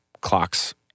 clocks